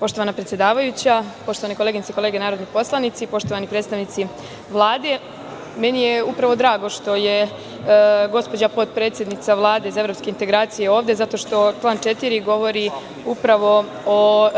Poštovana predsedavajuća, poštovane koleginice i kolege narodni poslanici, poštovani predstavnici Vlade, meni je upravo drago što je gospođa potpredsednica Vlade za evropske integracije ovde, zato što član 4. govori upravo o